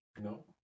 No